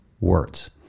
words